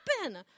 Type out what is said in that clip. happen